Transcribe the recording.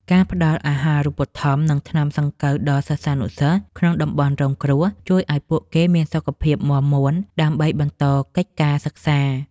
ការផ្តល់អាហារូបត្ថម្ភ និងថ្នាំសង្កូវដល់សិស្សានុសិស្សក្នុងតំបន់រងគ្រោះ ជួយឱ្យពួកគេមានសុខភាពមាំមួនដើម្បីបន្តកិច្ចការសិក្សា។